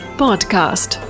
podcast